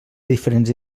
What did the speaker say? diferents